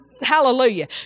hallelujah